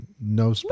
No